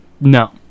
No